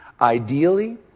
Ideally